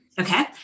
Okay